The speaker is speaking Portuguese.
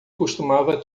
costumava